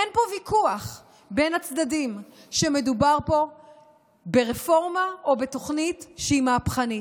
אין פה ויכוח בין הצדדים שמדובר פה ברפורמה או בתוכנית שהיא מהפכנית.